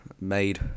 Made